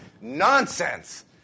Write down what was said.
Nonsense